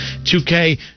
2K